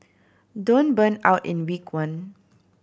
don't burn out in week one